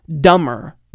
dumber